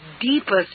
deepest